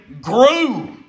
grew